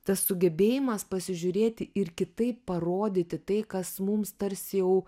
tas sugebėjimas pasižiūrėti ir kitaip parodyti tai kas mums tarsi jau